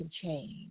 change